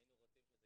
אני רק מציעה